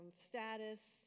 status